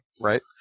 Right